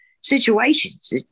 situations